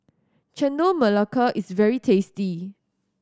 Chendol Melaka is very tasty